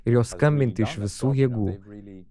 ir juo skambinti iš visų jėgų